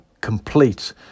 complete